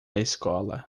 escola